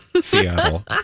Seattle